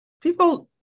people